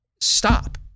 stop